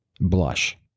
blush